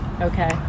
Okay